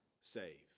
save